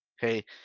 hey